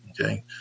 Okay